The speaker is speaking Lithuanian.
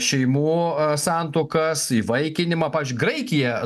šeimų santuokas įvaikinimą pavyzdžiui graikiją